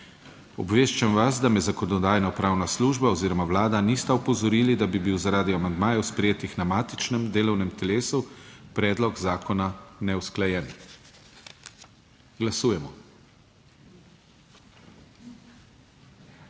Obveščam vas, da me Zakonodajno-pravna služba oziroma Vlada nista opozorili, da bi bil zaradi amandmajev sprejetih na matičnem delovnem telesu predlog zakona neusklajen. Glasujemo.